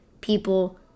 people